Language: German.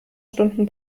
stunden